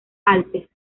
alpes